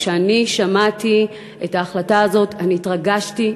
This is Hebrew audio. כשאני שמעתי על ההחלטה הזאת אני התרגשתי מאוד.